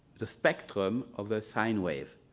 the spectrum of a sine wave.